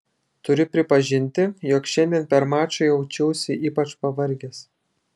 turiu pripažinti jog šiandien per mačą jaučiausi ypač pavargęs